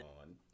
on